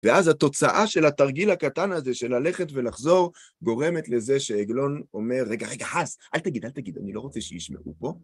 ואז התוצאה של התרגיל הקטן הזה של ללכת ולחזור גורמת לזה שעגלון אומר רגע, רגע, חס, אל תגיד, אל תגיד, אני לא רוצה שישמעו פה.